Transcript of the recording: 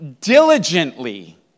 diligently